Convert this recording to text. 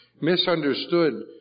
misunderstood